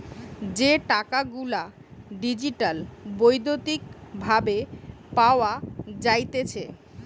যে টাকা গুলা ডিজিটালি বৈদ্যুতিক ভাবে পাওয়া যাইতেছে